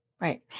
Right